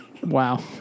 Wow